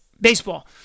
baseball